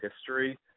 history